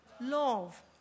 Love